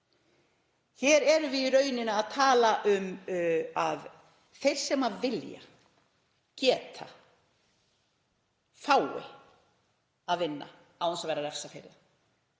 Hér erum við í raun að tala um að þeir sem vilja og geta fái að vinna án þess að vera refsað fyrir